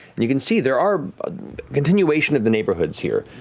you can see there are continuation of the neighborhoods here,